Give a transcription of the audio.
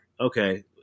Okay